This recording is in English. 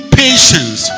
patience